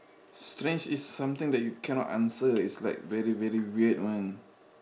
strange is something that you cannot answer it's very very weird [one]